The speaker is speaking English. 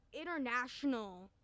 international